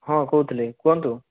ହଁ କହୁଥିଲି କୁହନ୍ତୁ